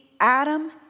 Adam